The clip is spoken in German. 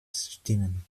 stimmen